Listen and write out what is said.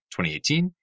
2018